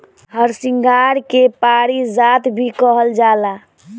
हरसिंगार के पारिजात भी कहल जाला